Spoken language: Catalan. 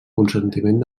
consentiment